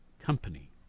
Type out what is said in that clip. Company